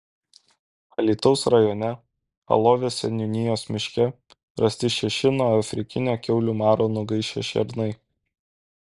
alytaus rajone alovės seniūnijos miške rasti šeši nuo afrikinio kiaulių maro nugaišę šernai